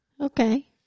Okay